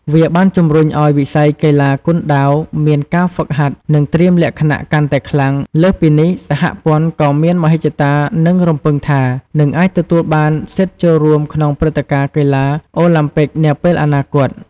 វាបានជំរុញឱ្យវិស័យកីឡាគុនដាវមានការហ្វឹកហាត់ និងត្រៀមលក្ខណៈកាន់តែខ្លាំង លើសពីនេះ សហព័ន្ធក៏មានមហិច្ឆតា និងរំពឹងថា នឹងអាចទទួលបានសិទ្ធិចូលរួមក្នុងព្រឹត្តិការណ៍កីឡាអូឡាំពិកនាពេលអនាគត។